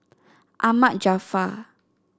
Ahmad Jaafar